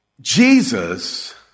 Jesus